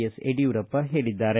S Yediyurappa ಹೇಳಿದ್ದಾರೆ